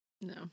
No